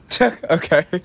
Okay